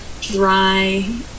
dry